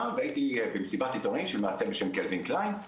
והייתי במסיבת עיתונאים של מעצב בשם קלווין קליין,